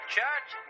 Church